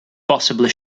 possibly